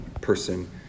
person